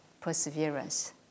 perseverance